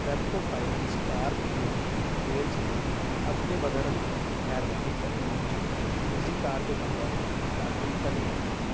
Repco finance car वीमे जे page ते अॻिते वधण लाइ महिरबानी करे मुंहिंजी निजी कार जो नंबर दाख़िल करियो